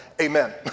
amen